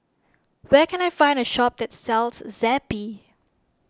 where can I find a shop that sells Zappy